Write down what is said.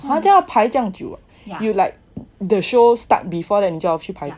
!wah! 这样要排这样就啊 you like the show start before that 你就要去排队